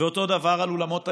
ואותו דבר עם אולמות האירועים,